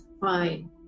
fine